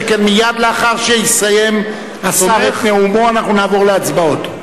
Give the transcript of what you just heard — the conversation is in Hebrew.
שכן מייד לאחר שיסיים השר את נאומו אנחנו נעבור להצבעות.